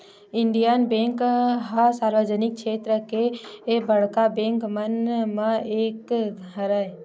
Indian bank ह सार्वजनिक छेत्र के बड़का बेंक मन म एक हरय